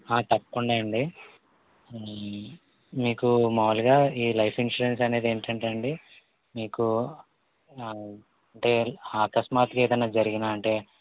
తప్పకుండా అండీ మీకు మాములుగా ఈ లైఫ్ ఇన్సూరెన్స్ అనేది ఏంటి అంటేనండి మీకు అంటే అకస్మాత్తుగా ఏదైనా జరిగినా అంటే